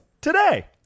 today